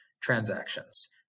transactions